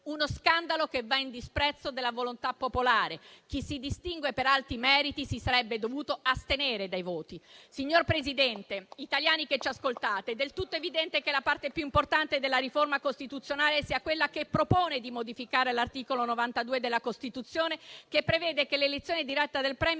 uno scandalo che va in disprezzo della volontà popolare. Chi si distingue per alti meriti si sarebbe dovuto astenere dai voti. Signor Presidente, italiani che ci ascoltate, è del tutto evidente che la parte più importante della riforma costituzionale sia quella che propone di modificare l'articolo 92 della Costituzione, che prevede che l'elezione diretta del *Premier*